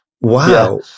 Wow